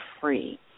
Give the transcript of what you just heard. free